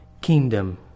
kingdom